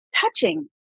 touching